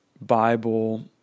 Bible